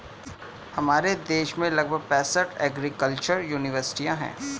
हमारे देश में लगभग पैंसठ एग्रीकल्चर युनिवर्सिटी है